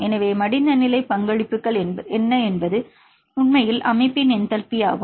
எனவே மடிந்த நிலை பங்களிப்புகள் என்ன என்பது உண்மையில் அமைப்பின் என்டல்பி ஆகும்